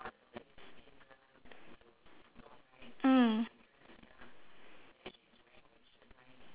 mm